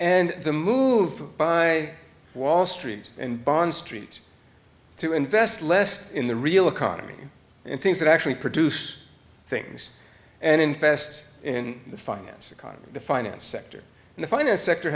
and the move by wall street and bond street to invest less in the real economy and things that actually produce things and infests in the finance economy the finance sector and the finest sector